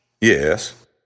Yes